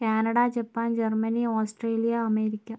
Canada Japan Germany Australia America